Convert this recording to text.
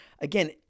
again